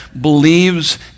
believes